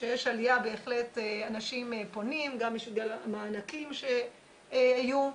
בהחלט אנשים פונים, גם בשל המענקים שהיו,